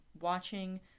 watching